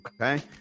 Okay